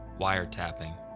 wiretapping